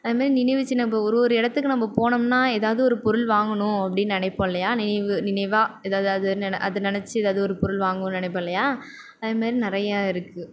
அதேமாதிரி நினைவுச்சின்னம் இப்போ ஒரு ஒரு இடத்துக்கும் நம்ம போனோம்னா ஏதாவது ஒரு பொருள் வாங்கணும் அப்படின்னு நினைப்போம் இல்லையா நினைவு நினைவாக ஏதாவது அதை நினைச்சி ஏதாவது ஒரு பொருள் வாங்கணும்ன்னு நினைப்போம் இல்லையா அதுமாதிரி நிறைய இருக்குது